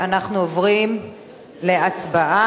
אנחנו עוברים להצבעה.